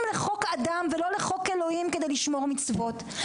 לחוק אדם ולא לחוק אלוהים כדי לשמור מצוות.